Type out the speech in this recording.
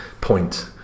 point